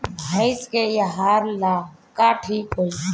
भइस के आहार ला का ठिक होई?